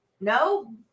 No